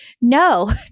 no